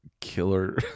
killer